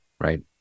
Right